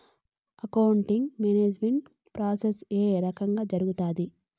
accounting management process ఏ రకంగా జరుగుతాది